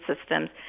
systems